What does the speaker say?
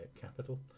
Capital